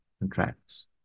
contracts